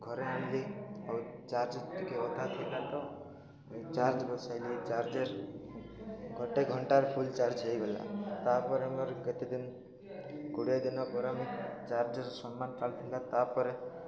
ଘରେ ଆଣିଲି ଆଉ ଚାର୍ଜ ଟିକେ ଅଧା ଥିଲା ତ ଏଇ ଚାର୍ଜ ବସାଇଲି ଚାର୍ଜର ଗୋଟେ ଘଣ୍ଟାରେ ଫୁଲ୍ ଚାର୍ଜ ହେଇଗଲା ତାପରେ ଆମର କେତେ ଦିନ କୋଡ଼ିଏ ଦିନ ପରେ ଆମେ ଚାର୍ଜର ସମାନ ଚାଲୁଥିଲା ତାପରେ